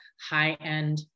high-end